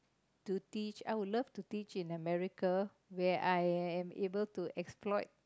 to teach I would love to teach in America where I am able to exploit